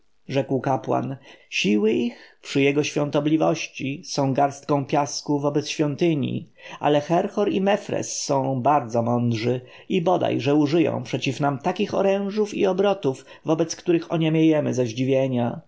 kapłan siły ich przy jego świątobliwości są garścią piasku wobec świątyni ale herhor i mefres są bardzo mądrzy i bodaj że użyją przeciw nam takich orężów i obrotów wobec których oniemiejemy ze zdziwienia